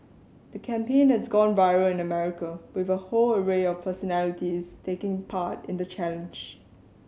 the campaign has gone viral in America with a whole array of personalities taking part in the challenge